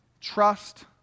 trust